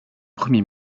premier